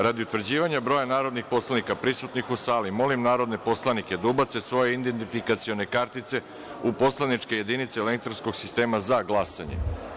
Radi utvrđivanja broja narodnih poslanika prisutnih u sali, molim narodne poslanike da ubace svoje identifikacione kartice u poslaničke jedinice elektronskog sistema za glasanje.